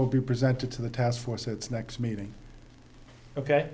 will be presented to the task force its next meeting ok